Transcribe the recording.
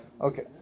Okay